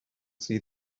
see